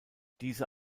diese